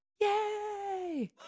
yay